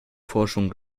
forschung